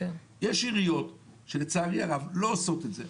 יש עיריות שלצערי הרב לא עושות את זה.